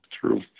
True